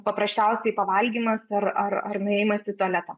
paprasčiausiai pavalgymas ar ar ar nuėjimas į tualetą